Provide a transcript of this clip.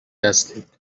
هستید